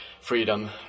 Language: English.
freedom